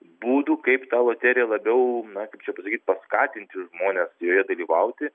būdų kaip tą loterija labiau na kaip čia pasakyt paskatinti žmones joje dalyvauti